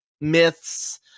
myths